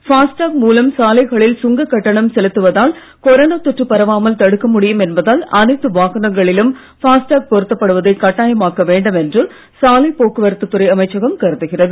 FASTag மூலம் சாலைகளில் சுங்க கட்டணம் செலுத்துவதால் கொரோனா தொற்று பரவாமல் தடுக்க முடியும் என்பதால் அனைத்து வாகனங்களிலும் ஃபாஸ்டாக் பொருத்தப்படுவதை கட்டாயமாக்க வேண்டும் என்று சாலை போக்குவரத்து துறை அமைச்சகம் கருதுகிறது